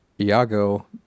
Iago